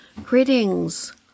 Greetings